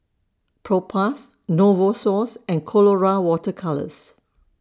Propass Novosource and Colora Water Colours